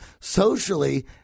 socially